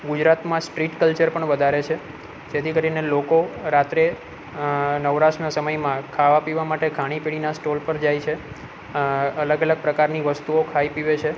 ગુજરાતમાં street culture પણ વધારે છે જેથી કરીને લોકો રાત્રે નવરાશના સમયમાં ખાવા પીવા માટે ખાણીપીણીના સ્ટોલ પર જાય છે અલગ અલગ પ્રકારની વસ્તુઓ ખાય પીએ છે